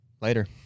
Later